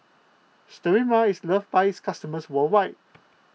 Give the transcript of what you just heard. Sterimar is loved by its customers worldwide